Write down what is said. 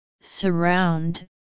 surround